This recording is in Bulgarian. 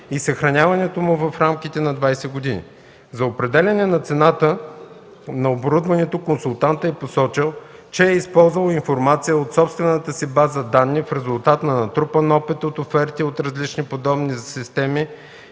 и съхранявано в рамките на 20 години. За определяне на цената на оборудването консултантът е посочил, че е използвал информация от: собствената си база данни, в резултат на натрупан опит; от оферти за различни подобни системи